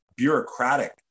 bureaucratic